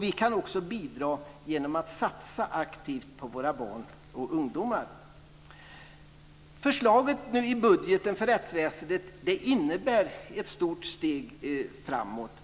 Vi kan också bidra genom att satsa aktivt på våra barn och ungdomar. Förslaget i budgeten för rättsväsendet innebär ett stort steg framåt.